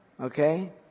Okay